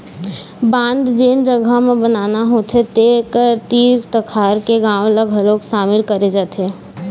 बांध जेन जघा म बनाना होथे तेखर तीर तखार के गाँव ल घलोक सामिल करे जाथे